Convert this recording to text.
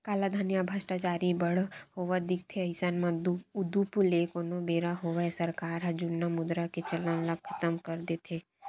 कालाधन या भस्टाचारी बड़ होवत दिखथे अइसन म उदुप ले कोनो बेरा होवय सरकार ह जुन्ना मुद्रा के चलन ल खतम कर देथे